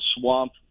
swamp